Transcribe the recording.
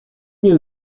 nie